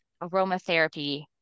aromatherapy